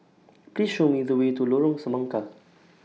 Please Show Me The Way to Lorong Semangka